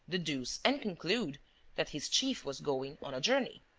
deduce and conclude that his chief was going on a journey.